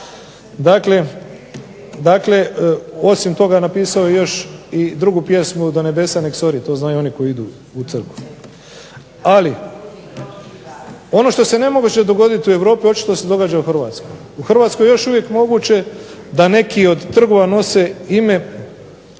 Dakle, osim toga napisao je još i drugu pjesmu "Do nebesa nek se ori". To znaju oni koji idu u crkvu. Ali ono što se ne može dogoditi u Europi očito se događa u Hrvatskoj. U Hrvatskoj je još uvijek moguće da neki od trgova nose ime